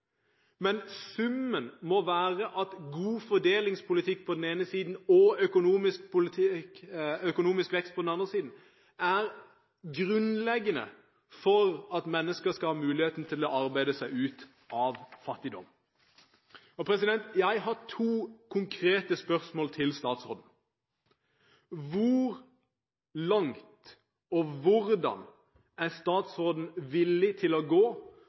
Men summen må være at god fordelingspolitikk på den ene siden og økonomisk vekst på den andre er grunnleggende for at mennesker skal ha muligheten til å arbeide seg ut av fattigdom. Jeg har to konkrete spørsmål til statsråden. Hvor langt er statsråden villig til å gå